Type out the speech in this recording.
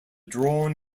drawn